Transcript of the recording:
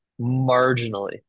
marginally